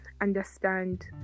understand